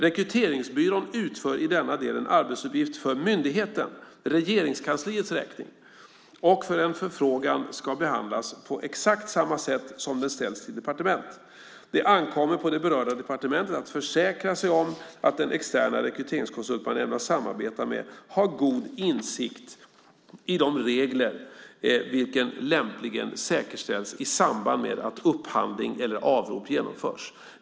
Rekryteringsbyrån utför i denna del en arbetsuppgift för myndigheten regeringskansliets räkning och en förfrågan ska behandlas på exakt samma sätt som om den ställts till ett departement." Vidare står det att det ankommer på det berörda departementet att försäkra sig om att den externa rekryteringskonsult man ämnar samarbeta med har en god insikt i de regler, vilken lämpligen säkerställs i samband med att upphandling eller avrop genomförs.